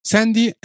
Sandy